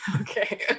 Okay